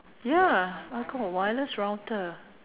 ya I got a wireless router